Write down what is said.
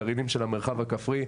הגרעינים של המרחב הכפרי,